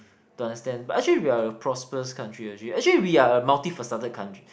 to understand but actually we are a prosperous country actually actually we are a multi faceted country